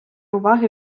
уваги